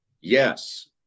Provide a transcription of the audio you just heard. yes